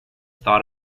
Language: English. thought